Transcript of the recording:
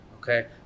Okay